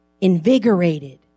invigorated